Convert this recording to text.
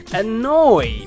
annoy